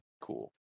cool